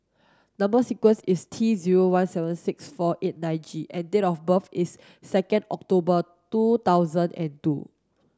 number sequence is T zero one seven six four eight nine G and date of birth is second October two thousand and two